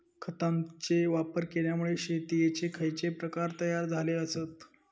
खतांचे वापर केल्यामुळे शेतीयेचे खैचे प्रकार तयार झाले आसत?